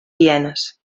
hienes